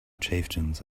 chieftains